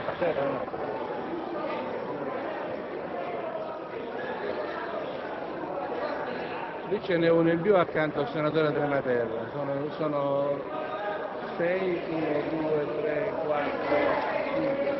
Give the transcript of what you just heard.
Dichiaro chiusa la votazione.